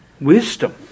wisdom